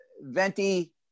venti